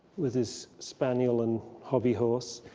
with his spaniel and hobby horse,